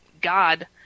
God